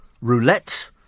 Roulette